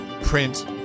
print